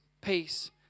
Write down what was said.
peace